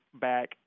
back